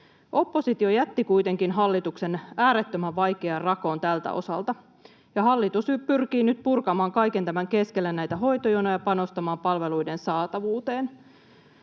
Oppositio jätti kuitenkin hallituksen äärettömän vaikeaan rakoon tältä osalta, ja hallitus pyrkii nyt purkamaan kaiken tämän keskellä näitä hoitojonoja ja panostamaan palveluiden saatavuuteen,